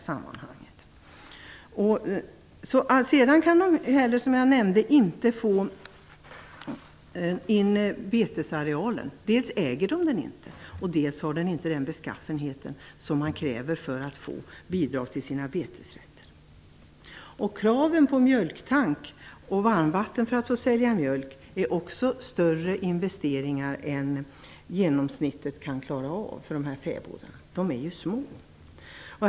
Sedan kan fäbodbrukarna inte heller räkna in betesarealen. Dels äger de den inte, dels har den inte den beskaffenheten som krävs för att de skall få bidrag till sina betesrätter. Kraven på mjölktank och varmvatten för att få sälja mjölk innebär också större investeringar är man i genomsnitt kan klara av - fäbodarna är ju små.